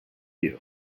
you